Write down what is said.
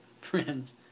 friends